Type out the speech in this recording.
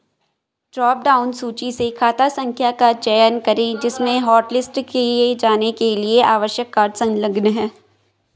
drop down सूची से खाता संख्या का चयन करें जिसमें हॉटलिस्ट किए जाने के लिए आवश्यक कार्ड संलग्न है